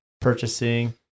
purchasing